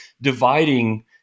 dividing